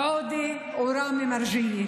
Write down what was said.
אום עודה מרג'יה ואום ראמי מרג'יה.